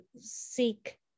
seek